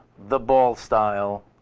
the ball style,